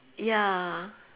ya